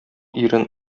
ирен